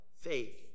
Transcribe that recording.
faith